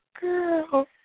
girl